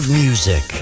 Music